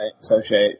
associate